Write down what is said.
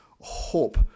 hope